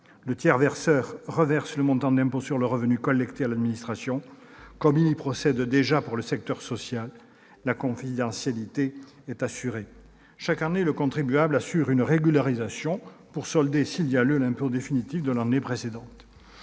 Le tiers verseur reverse le montant d'impôt sur le revenu collecté à l'administration, comme c'est déjà le cas pour les prélèvements sociaux, la confidentialité étant assurée. Chaque année, le contribuable procède à une régularisation pour solder, s'il y a lieu, l'impôt définitif de l'année précédente.